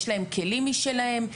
יש להם כלים משלהם,